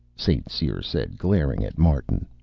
st. cyr said, glaring at martin.